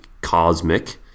Cosmic